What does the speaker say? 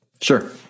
Sure